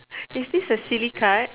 is this a silly card